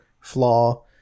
flaw